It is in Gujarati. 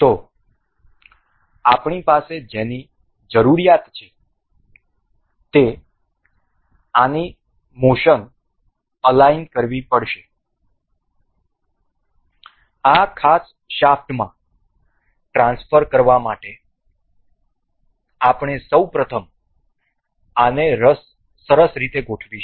તેથી આપણે જેની જરૂરિયાત છે તે આની મોશન અલાઈન કરવી છે આ વિશિષ્ટ શાફ્ટમાં ટ્રાન્સફર કરવા માટે તે માટે આપણે સૌ પ્રથમ આને સરસ રીતે ગોઠવીશું